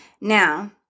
Now